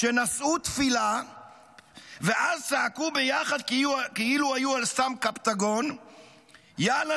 "שנשאו תפילה ואז צעקו ביחד כאילו היו על סם קפטגון 'יאללה,